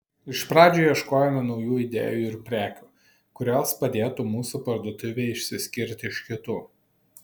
iš pradžių ieškojome naujų idėjų ir prekių kurios padėtų mūsų parduotuvei išsiskirti iš kitų